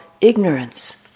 ignorance